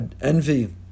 envy